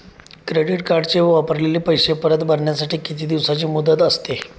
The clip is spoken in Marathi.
क्रेडिट कार्डचे वापरलेले पैसे परत भरण्यासाठी किती दिवसांची मुदत असते?